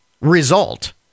result